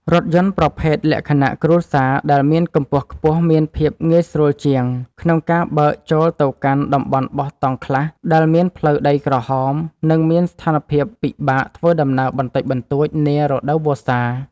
រថយន្តប្រភេទលក្ខណៈគ្រួសារដែលមានកម្ពស់ខ្ពស់មានភាពងាយស្រួលជាងក្នុងការបើកចូលទៅកាន់តំបន់បោះតង់ខ្លះដែលមានផ្លូវដីក្រហម និង មានស្ថានភាពពិបាកធ្វើដំណើរបន្តិចបន្តួចនារដូវវស្សា។